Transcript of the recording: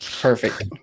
Perfect